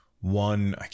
one